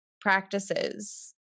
practices